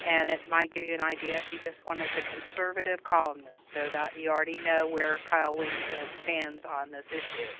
and it might give you an idea this one is a conservative columnist. so that you already know where kyle wingfield stands on this issue.